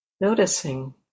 Noticing